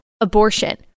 abortion